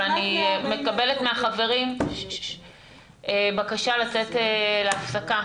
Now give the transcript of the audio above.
אבל אני מקבלת מהחברים בקשה לצאת להפסקה,